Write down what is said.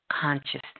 consciousness